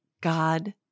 God